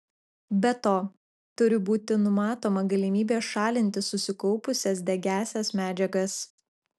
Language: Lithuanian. be to turi būti numatoma galimybė šalinti susikaupusias degiąsias medžiagas